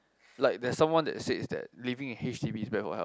like there's someone that says that living in h_d_b is bad for health